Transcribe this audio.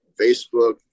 Facebook